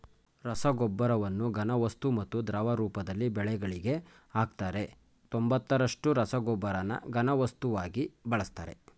ರಸಗೊಬ್ಬರವನ್ನು ಘನವಸ್ತು ಮತ್ತು ದ್ರವ ರೂಪದಲ್ಲಿ ಬೆಳೆಗಳಿಗೆ ಹಾಕ್ತರೆ ತೊಂಬತ್ತರಷ್ಟು ರಸಗೊಬ್ಬರನ ಘನವಸ್ತುವಾಗಿ ಬಳಸ್ತರೆ